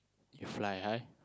you fly high